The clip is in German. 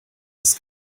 des